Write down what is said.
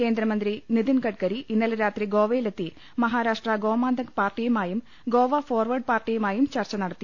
കേന്ദ്രമന്ത്രി നിതിൻഗഡ്കരി ഇന്നലെ രാത്രി ഗോവയി ലെത്തി മഹാരാഷ്ട്ര ഗോമാന്തക് പാർട്ടിയുമായും ഗോവ ഫോർവേഡ് പാർട്ടിയുമായും ചർച്ച നടത്തി